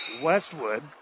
Westwood